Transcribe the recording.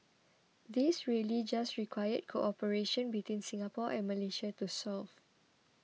these really just required cooperation between Singapore and Malaysia to solve